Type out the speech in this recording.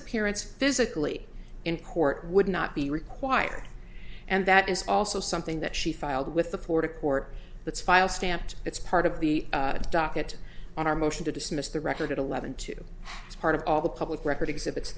appearance physically in court would not be required and that is also something that she filed with the florida court that's file stamped it's part of the docket on our motion to dismiss the record at eleven to part of all the public record exhibits